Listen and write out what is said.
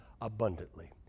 abundantly